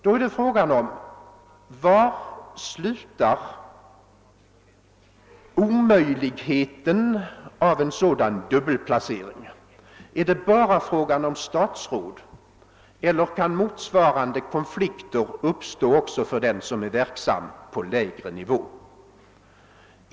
Då uppkommer frågan: Var slutar möjligheten av en sådan dubbelplacering? Är det bara fråga om statsråd eller kan motsvarande konflikter uppstå också för den som är verksam på lägre nivå?